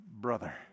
brother